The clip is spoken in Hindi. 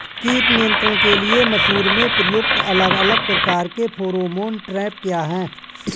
कीट नियंत्रण के लिए मसूर में प्रयुक्त अलग अलग प्रकार के फेरोमोन ट्रैप क्या है?